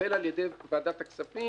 התקבל על ידי ועדת הכספים.